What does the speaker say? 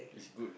is good